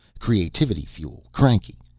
creativity fuel. cranky.